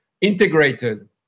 integrated